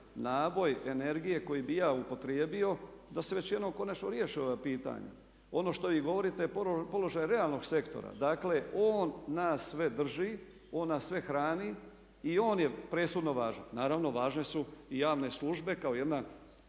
naboj energije koji bi ja upotrijebio da se već jednom konačno riješi ovo pitanje. Ono što vi govorite je položaj realnog sektora. Dakle, on nas sve drži, on nas sve hrani i on je presudno važan. Naravno, važne su i javne službe kao jedna